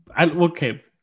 okay